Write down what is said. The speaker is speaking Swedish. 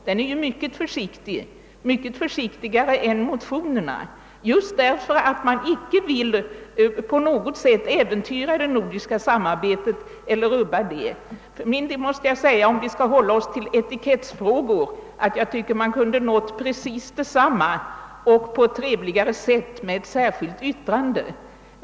Den är mycket försiktig, ja, mycket försiktigare än motionerna just därför att man inte på något sätt velat äventyra det nordiska samarbetet. Om vi skall hålla oss till etikettsfrågor, vill jag säga att man kunde ha nått precis samma resultat på ett trevligare sätt med ett särskilt yttrande.